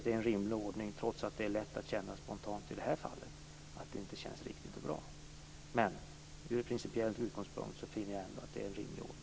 Det är en rimlig ordning - trots att det i det här fallet spontant inte känns riktigt och bra. Från principiell utgångspunkt finner jag att det är en rimlig ordning.